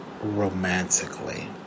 romantically